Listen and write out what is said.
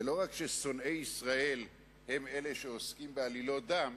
ולא רק ששונאי ישראל הם אלה שעוסקים בעלילות דם,